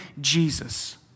Jesus